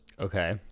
Okay